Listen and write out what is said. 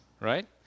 right